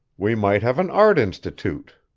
we might have an art institute,